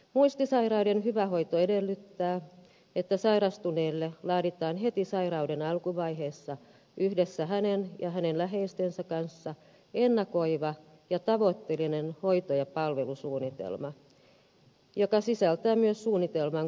muistisairauden hyvä hoito edellyttää että sairastuneelle laaditaan heti sairauden alkuvaiheessa yhdessä hänen ja hänen läheistensä kanssa ennakoiva ja tavoitteellinen hoito ja palvelusuunnitelma joka sisältää myös suunnitelman kuntoutuksesta